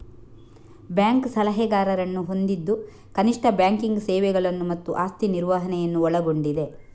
bank ಸಲಹೆಗಾರರನ್ನು ಹೊಂದಿದ್ದು ಕನಿಷ್ಠ ಬ್ಯಾಂಕಿಂಗ್ ಸೇವೆಗಳನ್ನು ಮತ್ತು ಆಸ್ತಿ ನಿರ್ವಹಣೆಯನ್ನು ಒಳಗೊಂಡಿದೆ